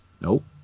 Nope